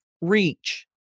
reach